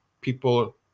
people